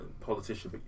politician